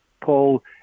Paul